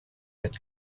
with